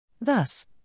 Thus